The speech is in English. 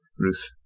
Ruth